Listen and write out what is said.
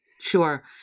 Sure